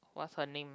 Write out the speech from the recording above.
what's her name